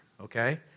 okay